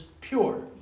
pure